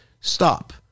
stop